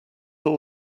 all